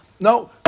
No